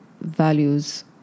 values